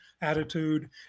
attitude